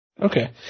Okay